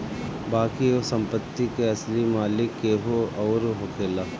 बाकी ओ संपत्ति के असली मालिक केहू अउर होखेला